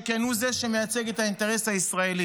שכן הוא זה שמייצג את האינטרס הישראלי.